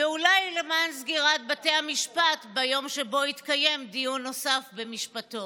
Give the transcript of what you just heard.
ואולי למען סגירת בתי המשפט ביום שבו יתקיים דיון נוסף במשפטו.